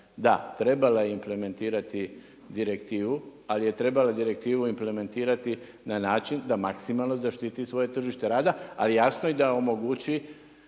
Da, trebala je implementirati direktivu, ali je trebala direktivu implementirati na način da maksimalno zaštiti svoje tržište rada ali jasno, i da omogući